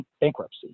bankruptcy